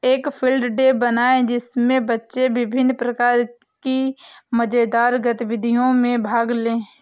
एक field day बनाएं जिसमें बच्चे विभिन्न प्रकार की मजेदार गतिविधियों में भाग लें